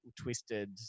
twisted